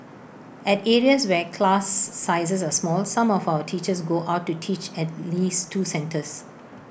at areas where class sizes are small some of our teachers go out to teach at least two centres